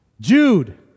Jude